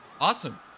Awesome